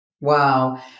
Wow